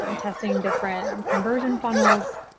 um testing different um conversion funnels,